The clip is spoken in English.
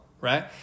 right